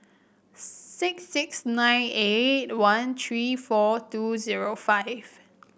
six six nine eight one three four two zero five